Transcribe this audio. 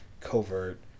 covert